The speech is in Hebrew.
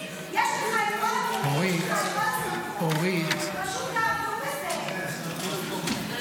אנחנו נסדיר את השוק כך שהוא יעבוד בצורה הנכונה.